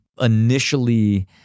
initially